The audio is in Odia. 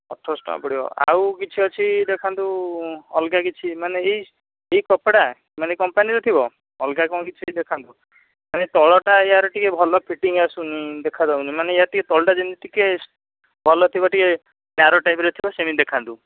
ଆଠରଶହ ଟଙ୍କା ପଡ଼ିବ ଆଉ କିଛି ଅଛି ଦେଖାନ୍ତୁ ଅଲଗା କିଛି ମାନେ ଏଇ ଏଇ କପଡ଼ା ମାନେ କମ୍ପାନୀର ଥିବ ଅଲଗା କ'ଣ କିଛି ଦେଖାନ୍ତୁ ମାନେ ତଳଟା ୟାର ଟିକିଏ ଭଲ ଫିଟିଂ ଆସୁନି ଦେଖାଯାଉନି ମାନେ ୟାର ଟିକିଏ ତଳଟା ଯେମତି ଟିକିଏ ଭଲ ଥିବ ଟିକିଏ ନ୍ୟାରୋ ଟାଇପ୍ର ଥିବ ସେମତି ଦେଖାନ୍ତୁ